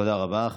תודה רבה.